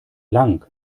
lang